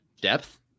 depth